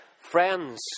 friends